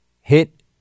hit